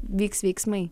vyks veiksmai